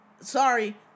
sorry